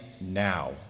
now